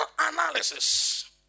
analysis